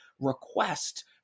request